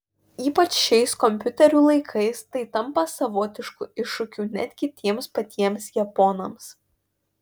ypač šiais kompiuterių laikais tai tampa savotišku iššūkiu netgi tiems patiems japonams